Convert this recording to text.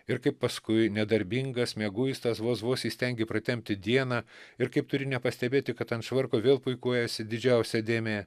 ir kaip paskui nedarbingas mieguistas vos vos įstengė pratempti dieną ir kaip turi nepastebėti kad ant švarko vėl puikuojasi didžiausia dėmė